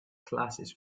classes